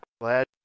glad